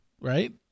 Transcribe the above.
right